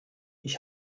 ich